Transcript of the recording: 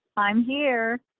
i'm here.